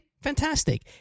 fantastic